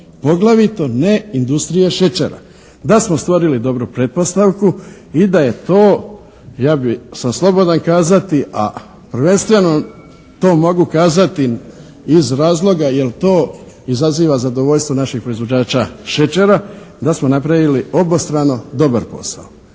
poglavito ne industrije šećera. Da smo stvorili dobru pretpostavku i da je to ja sam slobodan kazati, a prvenstveno to mogu kazati iz razloga jer to izaziva zadovoljstvo našeg proizvođača šećera da smo napravili obostrano dobar posao.